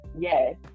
Yes